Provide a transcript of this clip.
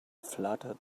fluttered